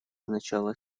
начала